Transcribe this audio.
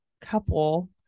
couple